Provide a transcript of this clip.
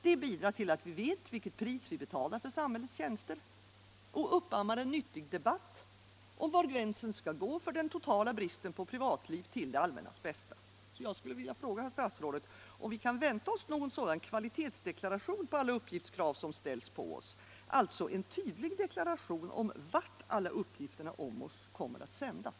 Det bidrar till att vi vet vilket pris vi betalar för samhällets tjänster och uppammar en nyttig debatt om var gränsen skall gå för den totala bristen på privatliv till det allmännas bästa. Jag skulle vilja fråga herr statsrådet om vi kan vänta oss en sådan kvalitetsdeklaration på alla uppgiftskrav som ställs på oss, alltså en tydlig deklaration om vart alla uppgifterna om oss kommer att sändas?